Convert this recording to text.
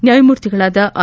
ನ್ಕಾಯಮೂರ್ತಿಗಳಾದ ಅರ್